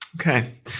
Okay